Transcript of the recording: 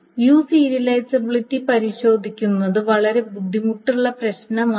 view serializability പരിശോധിക്കുന്നത് വളരെ ബുദ്ധിമുട്ടുള്ള പ്രശ്നമാണ്